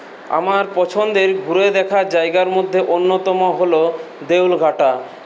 আমার পছন্দের ঘুরে দেখা জায়গার মধ্যে অন্যতম হলো দেউলঘাটা